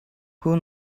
who